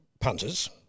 punters